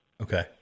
Okay